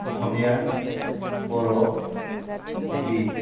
Asamiya Boro Hindi